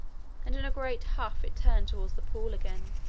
and in a great huff it turned towards the pool again.